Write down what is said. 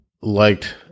liked